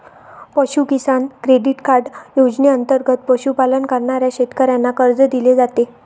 पशु किसान credit card योजनेंतर्गत पशुपालन करणाऱ्या शेतकऱ्यांना कर्ज दिले जाते